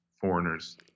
foreigners